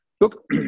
look